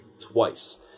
twice